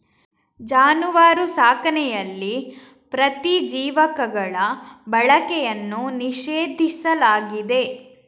ಜಾನುವಾರು ಸಾಕಣೆಯಲ್ಲಿ ಪ್ರತಿಜೀವಕಗಳ ಬಳಕೆಯನ್ನು ನಿಷೇಧಿಸಲಾಗಿದೆ